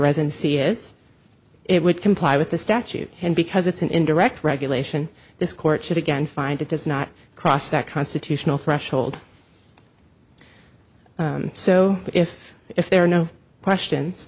residency is it would comply with the statute and because it's an indirect regulation this court should again find it does not cross that constitutional threshold so if if there were no